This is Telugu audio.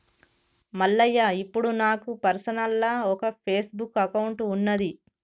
మల్లయ్య ఇప్పుడు నాకు పర్సనల్గా ఒక ఫేస్బుక్ అకౌంట్ ఉన్నది